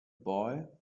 boy